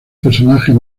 personajes